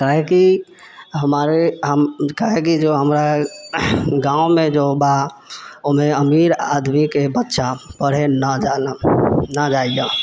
काहेकि हमारे हम काहेकि जे हमरऽ गाँवमे जे बा ओहिमे अमीर आदमीके बच्चा पढ़ै नहि जाइला नहि जाइला